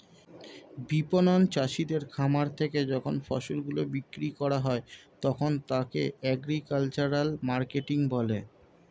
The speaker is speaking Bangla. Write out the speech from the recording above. বিপণন চাষীদের খামার থেকে যখন ফসল গুলো বিক্রি করা হয় তখন তাকে এগ্রিকালচারাল মার্কেটিং বলে